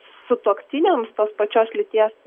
sutuoktiniams tos pačios lyties